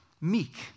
meek